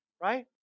right